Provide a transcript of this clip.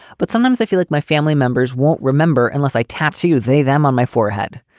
but sometimes i feel like my family members won't remember unless i tatsu you they them on my forehead.